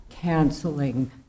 canceling